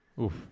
Oof